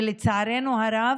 ולצערנו הרב,